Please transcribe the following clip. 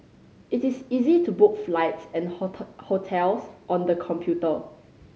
it is easy to book flights and hotels on the computer